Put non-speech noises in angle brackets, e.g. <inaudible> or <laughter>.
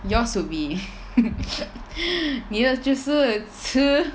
your's would be <laughs> 你的就是吃